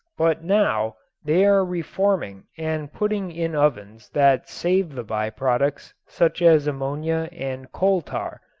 but now they are reforming and putting in ovens that save the by-products such as ammonia and coal tar,